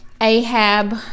Ahab